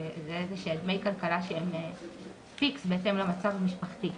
אלו דמי כלכלה שהם פיקס בהתאם למצב המשפחתי,